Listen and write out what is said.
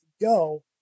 go